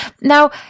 Now